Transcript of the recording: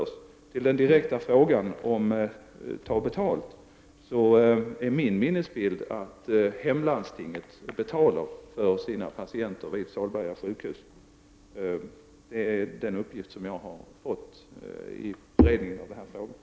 Så till den direkta frågan om att ta betalt. Min minnesbild är att hemlandstinget betalar för sina patienter vid Salberga sjukhus. Det är den uppgift som jag har fått vid beredningen av de här ärendet.